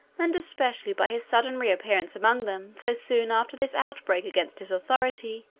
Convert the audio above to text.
and especially by his sudden reappearance among them so soon after this outbreak against his authority,